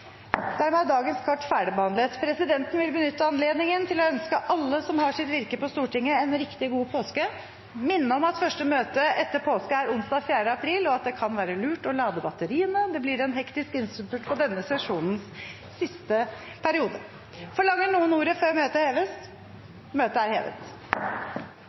Dermed er dagens kart ferdigbehandlet. Presidenten vil benytte anledningen til å ønske alle som har sitt virke på Stortinget, en riktig god påske. Jeg vil minne om at første møte etter påske er onsdag 4. april, og at det kan være lurt å lade batteriene. Det blir en hektisk innspurt i denne sesjonens siste periode. Forlanger noen ordet før møtet heves? – Møtet er hevet.